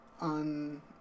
on